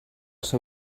seu